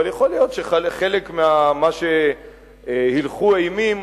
אבל יכול להיות שחלק ממה שהילכו אימים